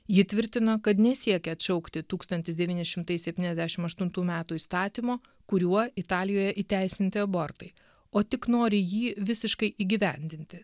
ji tvirtino kad nesiekia atšaukti tūkstantis devyni šimtai septyniasdešim aštuntų metų įstatymo kuriuo italijoje įteisinti abortai o tik nori jį visiškai įgyvendinti